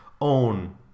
own